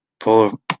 full